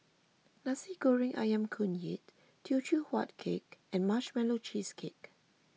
Nasi Goreng Ayam Kunyit Teochew Huat Kueh and Marshmallow Cheesecake